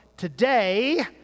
Today